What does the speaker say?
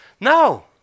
No